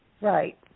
Right